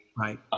Right